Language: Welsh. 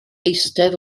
eistedd